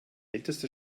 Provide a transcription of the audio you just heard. älteste